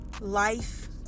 life